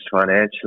financially